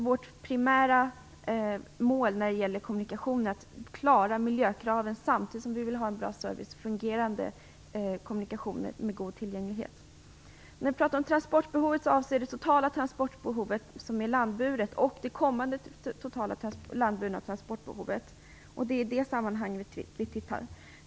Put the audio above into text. Vårt primära mål när det gäller kommunikationer är alltså att man skall klara miljökraven samtidigt som vi vill ha bra service och fungerande kommunikationer med god tillgänglighet. När vi talar om transportbehovet avser vi det totala transportbehovet som är landburet och det kommande landburna transportbehovet.